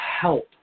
help